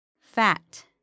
fat